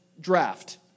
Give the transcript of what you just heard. draft